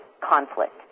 conflict